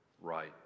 right